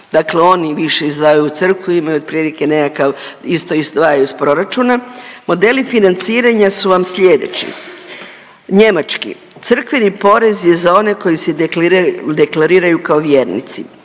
dakle oni više izdvajaju za crkvu, imaju otprilike nekakav, isto izdvajaju iz proračuna. Modeli financiranja su vam slijedeći. Njemački, crkveni porez je za one koji se deklariraju kao vjernici.